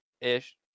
ish